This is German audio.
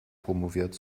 promoviert